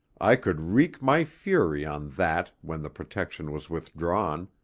i could wreak my fury on that when the protection was withdrawn,